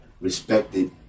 respected